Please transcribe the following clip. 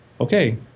Okay